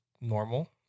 normal